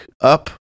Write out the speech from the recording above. up